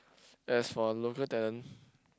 as for local talent